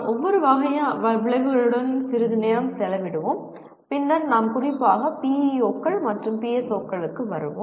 ஒவ்வொரு வகை விளைவுகளுடனும் சிறிது நேரம் செலவிடுவோம் பின்னர் நாம் குறிப்பாக PEO கள் மற்றும் PSO களுக்கு வருவோம்